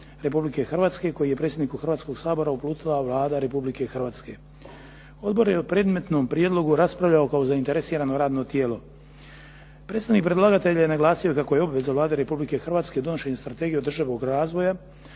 Republike Hrvatske koji je predsjedniku Hrvatskog sabora uputila Vlada Republike Hrvatske. Odbor je o predmetnom prijedlogu raspravljao kao zainteresirano radno tijelo. Predstavnik predlagatelja je naglasio kako je obveza Vlade Republike Hrvatske donošenje Strategije održivog razvoja